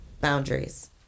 Boundaries